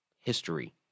history